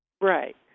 Right